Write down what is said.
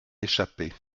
échappé